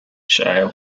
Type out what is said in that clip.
shale